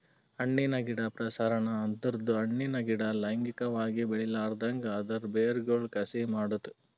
ಹಣ್ಣಿನ ಗಿಡ ಪ್ರಸರಣ ಅಂದುರ್ ಹಣ್ಣಿನ ಗಿಡ ಲೈಂಗಿಕವಾಗಿ ಬೆಳಿಲಾರ್ದಂಗ್ ಅದರ್ ಬೇರಗೊಳ್ ಕಸಿ ಮಾಡದ್